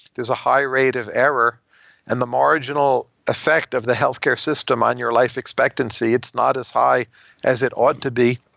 there's a higher rate of error and the marginal effect of the healthcare system on your life expectancy, it's not as high as it ought to be.